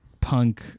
punk